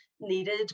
needed